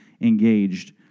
engaged